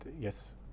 yes